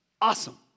Awesome